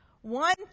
One